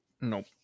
Nope